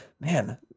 man